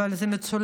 אבל זה מצולם.